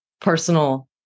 personal